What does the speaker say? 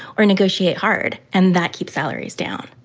or negotiate hard. and that keeps salaries down.